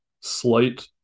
slight